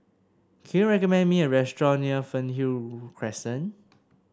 can you recommend me a restaurant near Fernhill Crescent